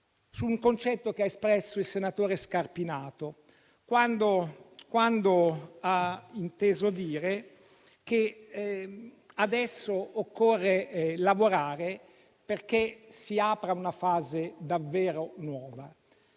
su un concetto che ha espresso il senatore Scarpinato, quando ha inteso dire che adesso occorre lavorare perché si apra una fase davvero nuova.